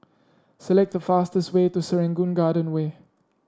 select the fastest way to Serangoon Garden Way